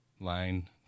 line